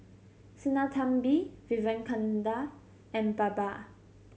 Sinnathamby Vivekananda and Baba